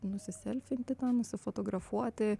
nusiselfinti tą nusifotografuoti